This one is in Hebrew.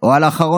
או על האחרונות.